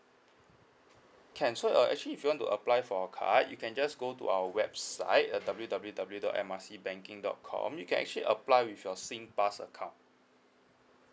can so uh actually if you want to apply for our card you can just go to our website at W W W dot M R C banking dot com you can actually apply with your sing pass account